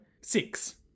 Six